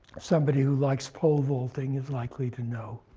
somebody who likes pole vaulting is likely to know.